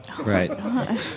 Right